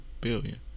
billion